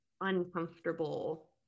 uncomfortable